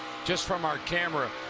just from our camera.